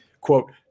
quote